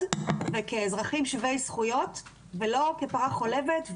כאזרחים שווי זכויות ולא כפרה חולבת,